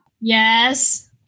Yes